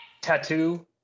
Tattoo